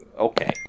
Okay